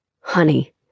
Honey